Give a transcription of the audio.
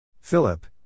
Philip